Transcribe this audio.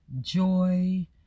joy